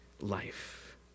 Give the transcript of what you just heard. life